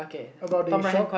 about the shop